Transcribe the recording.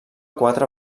quatre